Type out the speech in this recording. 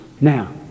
Now